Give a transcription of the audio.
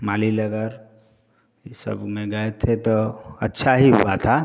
मालीनगर ये सब में गए थे तो अच्छा ही हुआ था